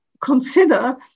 consider